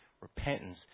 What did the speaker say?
repentance